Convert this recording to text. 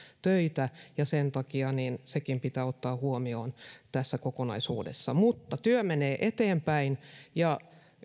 töitä ja sen takia sekin pitää ottaa huomioon tässä kokonaisuudessa mutta työ menee eteenpäin ja